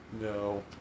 No